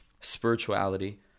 spirituality